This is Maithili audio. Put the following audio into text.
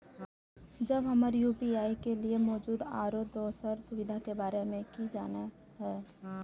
जब हमरा यू.पी.आई के लिये मौजूद आरो दोसर सुविधा के बारे में जाने के होय?